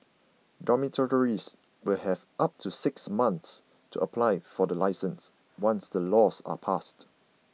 dormitories will have up to six months to apply for the licences once the laws are passed